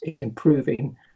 improving